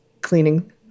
cleaning